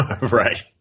Right